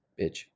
Bitch